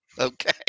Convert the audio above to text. okay